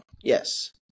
Yes